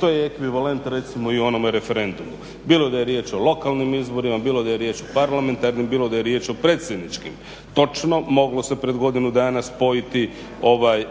To je ekvivalent recimo i onome referendumu. Bilo da je riječ o lokalnim izborima, bilo da je riječ o parlamentarnim, bilo da je riječ o predsjedničkim. Točno, moglo se pred godinu dana spojiti